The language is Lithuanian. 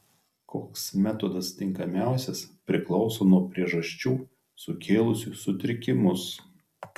koks metodas tinkamiausias priklauso nuo priežasčių sukėlusių sutrikimus